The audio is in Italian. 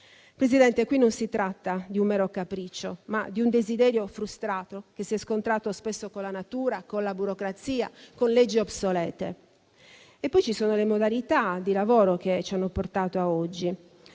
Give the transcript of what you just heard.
Presidente, qui non si tratta di un mero capriccio, ma di un desiderio frustrato, che si è scontrato spesso con la natura, con la burocrazia e con leggi obsolete. Ci sono poi le modalità di lavoro che ci hanno portato a oggi.